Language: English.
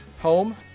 home